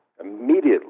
immediately